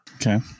okay